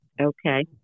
Okay